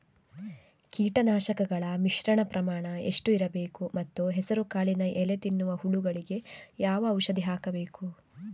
ಕೀಟನಾಶಕಗಳ ಮಿಶ್ರಣ ಪ್ರಮಾಣ ಎಷ್ಟು ಇರಬೇಕು ಮತ್ತು ಹೆಸರುಕಾಳಿನ ಎಲೆ ತಿನ್ನುವ ಹುಳಗಳಿಗೆ ಯಾವ ಔಷಧಿ ಹಾಕಬೇಕು?